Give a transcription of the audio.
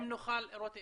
רותם,